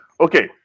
Okay